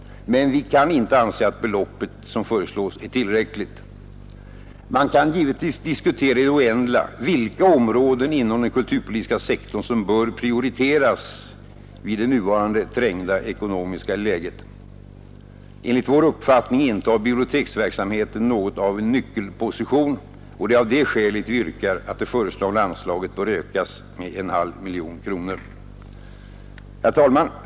Men vi kan inte anse att beloppet som föreslås är tillräckligt. Man kan givetvis diskutera i det oändliga vilka områden inom den kulturpolitiska sektorn som bör prioriteras i det nuvarande trängda ekonomiska läget. Enligt vår uppfattning intar Nr 56 biblioteksverksamheten något av en nyckelposition, och det är av det Onsdagen den skälet vi yrkar att det föreslagna anslaget ökas med en halv miljon 12 april 1972 kronor. SR Herr talman!